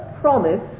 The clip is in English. promise